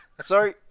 Sorry